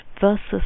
versus